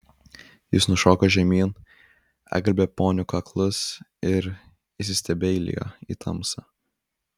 jis nušoko žemyn apglėbė ponių kaklus ir įsistebeilijo į tamsą